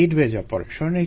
feed batch operation